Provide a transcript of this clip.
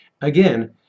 Again